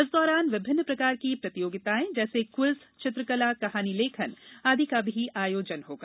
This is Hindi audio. इस दौरान विभिन्न प्रकार की प्रतियोगिताएं जैसे क्विज चित्रकला कहानी लेखन आदि का भी आयोजन होगा